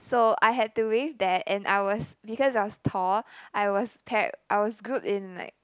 so I had to wave that and I was because I was tall I was paired I was grouped in like